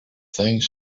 things